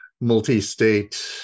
multi-state